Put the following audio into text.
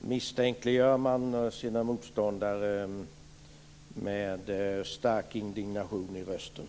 misstänkliggör man sina motståndare med stark indignation i rösten.